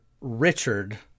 Richard